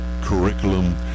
curriculum